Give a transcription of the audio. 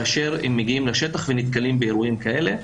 כאשר הם מגיעים לשטח ונתקלים באירועים כאלה,